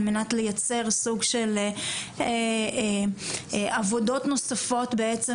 על מנת לייצר סוג של עבודות נוספות בעצם